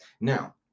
now